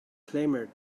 clamored